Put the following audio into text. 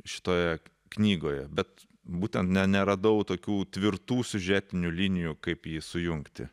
šitoje knygoje bet būtent ne neradau tokių tvirtų siužetinių linijų kaip jį sujungti